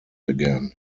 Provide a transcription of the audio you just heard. again